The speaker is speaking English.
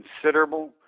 considerable